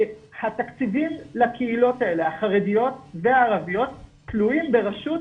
התקציבים לקהילות החרדיות והערביות כלואים ברשות.